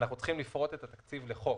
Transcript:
אנחנו צריכים לפרוט את התקציב לחוק.